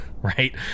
right